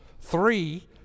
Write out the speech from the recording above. three